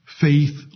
faith